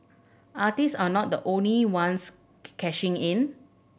artist are not the only ones cashing in